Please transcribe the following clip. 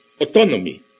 autonomy